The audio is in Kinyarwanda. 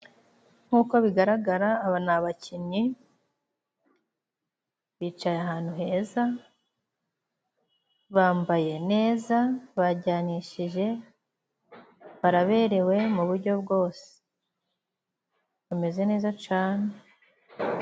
Nk'uko bigaragara aba ni bakinnyi, bicaye ahantu heza, bambaye neza, bajyanishije, baraberewe mu buryo bwose, bameze neza cane.